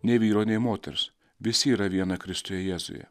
nei vyro nei moters visi yra viena kristuje jėzuje